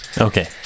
Okay